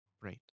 right